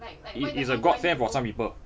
it it's a god send for some people